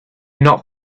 not